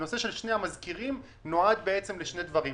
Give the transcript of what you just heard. הייתה מתקיימת עכשיו מערכת בחירות רגילה,